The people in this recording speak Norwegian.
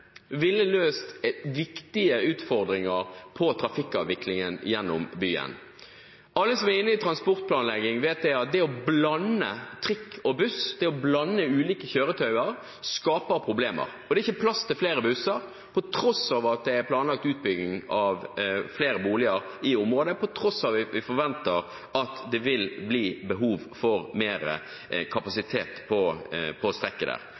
ville løst viktige utfordringer for trafikkavviklingen gjennom byen. Alle som er inne i transportplanlegging, vet at det å blande trikk og buss, å blande ulike kjøretøyer, skaper problemer. Det er ikke plass til flere busser til tross for at det er planlagt utbygging av flere boliger i området, til tross for at vi forventer at det vil bli behov for mer kapasitet på